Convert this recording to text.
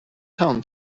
town